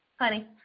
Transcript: Honey